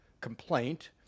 complaint